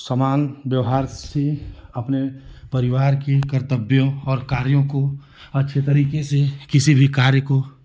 समान व्यवहार ही अपने परिवार की कर्त्तव्यों और कार्यों को अच्छे तरीके से किसी भी कार्य को